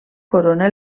corona